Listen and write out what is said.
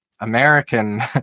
American